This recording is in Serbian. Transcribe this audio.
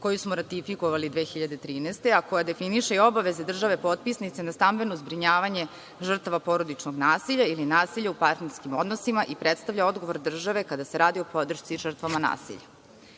koju smo ratifikovali 2013. godine, a koja definiše i obaveze države potpisnice na stambeno zbrinjavanje žrtava porodičnog nasilja ili nasilja u partnerskim odnosima i predstavlja odgovor države kada se radi o podršci žrtvama